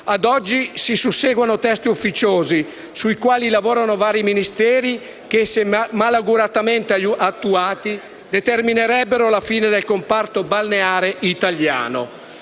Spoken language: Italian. Ad oggi si susseguono testi ufficiosi, sui quali lavorano vari Ministeri, che, se malauguratamente attuati, determinerebbero la fine del comparto balneare italiano.